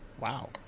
Wow